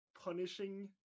punishing